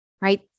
right